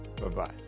Bye-bye